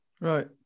right